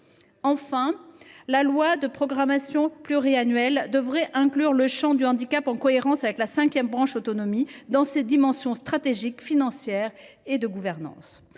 Enfin, la loi de programmation pluriannuelle devrait inclure le champ du handicap en cohérence avec la cinquième branche autonomie, dans ses dimensions stratégiques, financières et de gouvernance.